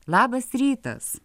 labas rytas